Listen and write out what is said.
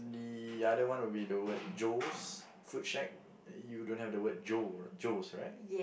the other one would be the word Joe's food shack you don't have the word Joe Joe's right